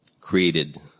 created